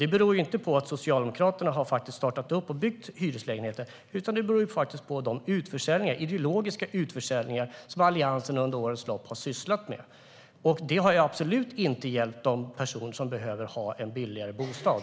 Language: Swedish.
Det beror inte på att Socialdemokraterna har startat med att bygga hyreslägenheter, utan det beror på de ideologiska utförsäljningar som Alliansen under årens lopp har sysslat med. Det har absolut inte hjälpt de personer som behöver ha en billigare bostad.